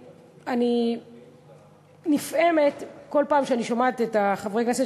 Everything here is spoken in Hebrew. אני נפעמת בכל פעם שאני שומעת את חברי הכנסת